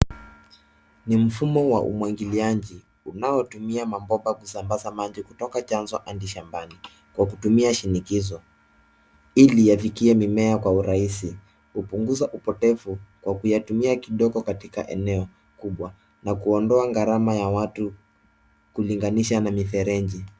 Ni mfumo wa umwagiliaji unaotumia mabomba kusambaza maji kutoka chanzo hadi shamabani, kwa kutumia shinikizo, ili yafikie mimea kwa urahisi. Hupunguza upotevu kwa kuyatumia kidogo katika eneo kubwa na kuondoa gharama ya watu kulinganisha na mifereji.